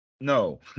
no